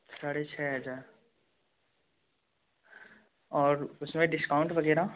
साढ़े छः हज़ार और उसमें डिस्काउंट वगैरह